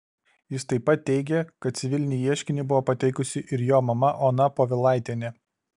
jis taip pat teigė kad civilinį ieškinį buvo pateikusi ir jo mama ona povilaitienė